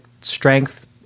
strength